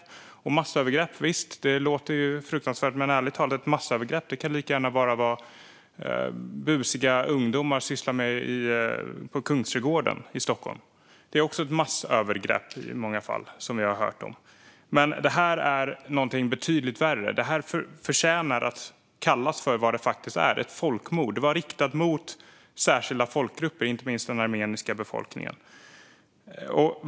Visst, massövergrepp låter fruktansvärt. Men ärligt talat kan massövergrepp lika gärna vara det som busiga ungdomar sysslar med i Kungsträdgården i Stockholm. Det är också massövergrepp i många fall. Men det här är någonting betydligt värre. Det här förtjänar att kallas för vad det faktiskt är - ett folkmord. Det var riktat mot särskilda folkgrupper, inte minst den armeniska befolkningen.